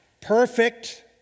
perfect